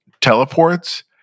teleports